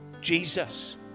Jesus